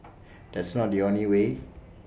that's not the only way